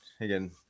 again